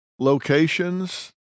locations